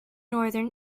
northern